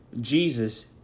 Jesus